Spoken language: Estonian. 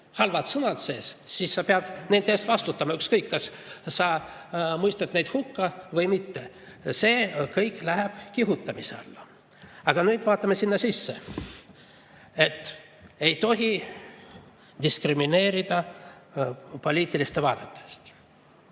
halvad sõnad sees, siis sa pead nende eest vastutama, ükskõik kas sa mõistad neid hukka või mitte. See kõik läheb kihutamise alla. Aga nüüd vaatame [sättesse], et ei tohi diskrimineerida poliitiliste vaadete